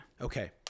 okay